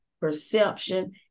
perception